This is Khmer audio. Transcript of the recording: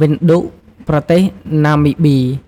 វិនឌូក ប្រទេសណាមីប៊ី។